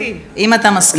אם אתה מסכים,